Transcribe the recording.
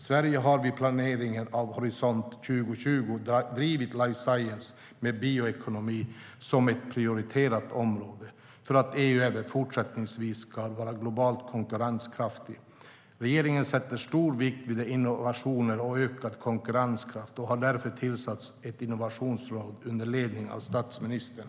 Sverige har vid planeringen av Horisont 2020 drivit life science med bioekonomi som ett prioriterat område för att EU även fortsättningsvis ska vara globalt konkurrenskraftigt. Regeringen sätter stor vikt vid innovationer och ökad konkurrenskraft och har därför tillsatt ett innovationsråd under ledning av statsministern.